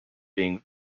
being